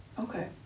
Okay